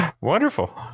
Wonderful